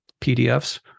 pdfs